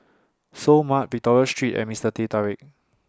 Seoul Mart Victoria Street and Mister Teh Tarik